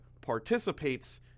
participates